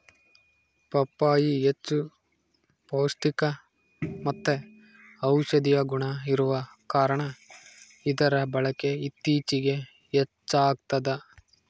ಪಪ್ಪಾಯಿ ಹೆಚ್ಚು ಪೌಷ್ಟಿಕಮತ್ತೆ ಔಷದಿಯ ಗುಣ ಇರುವ ಕಾರಣ ಇದರ ಬಳಕೆ ಇತ್ತೀಚಿಗೆ ಹೆಚ್ಚಾಗ್ತದ